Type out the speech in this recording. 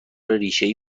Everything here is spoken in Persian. ریشهای